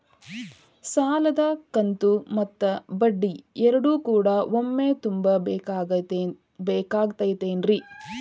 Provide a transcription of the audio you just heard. ಸಾಲದ ಕಂತು ಮತ್ತ ಬಡ್ಡಿ ಎರಡು ಕೂಡ ಒಮ್ಮೆ ತುಂಬ ಬೇಕಾಗ್ ತೈತೇನ್ರಿ?